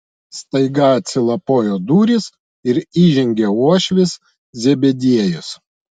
staiga atsilapojo durys ir įžengė uošvis zebediejus